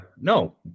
No